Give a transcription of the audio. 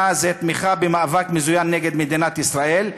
היא תמיכה במאבק מזוין נגד מדינת ישראל,